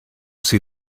see